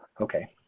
okay.